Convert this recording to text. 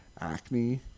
acne